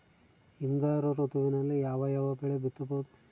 ಹಿಂಗಾರು ಋತುವಿನಲ್ಲಿ ಯಾವ ಯಾವ ಬೆಳೆ ಬಿತ್ತಬಹುದು?